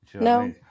No